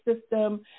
system